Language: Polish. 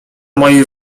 mojej